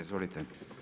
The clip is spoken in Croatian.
Izvolite.